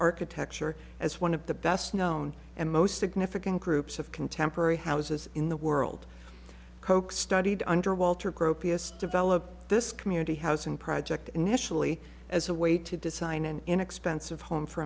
architecture as one of the best known and most significant groups of contemporary houses in the world koch studied under walter gropius develop this community housing project initially as a way to design an inexpensive